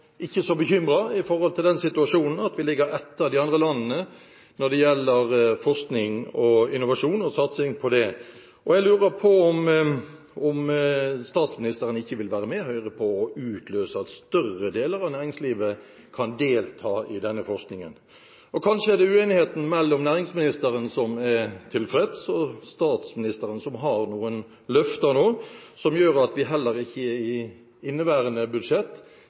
så bekymret for den situasjonen at vi ligger etter de andre landene når det gjelder satsing på forskning og innovasjon. Jeg lurer på om statsministeren ikke vil være med Høyre på å utløse at større deler av næringslivet kan delta i denne forskningen. Kanskje er det uenigheten mellom næringsministeren, som er tilfreds, og statsministeren, som har noen løfter nå, som gjør at vi heller ikke i inneværende budsjett